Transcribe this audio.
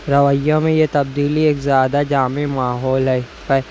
رویوں میں یہ تبدیلی ایک زیادہ جامع ماحول ہے